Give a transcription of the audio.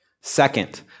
Second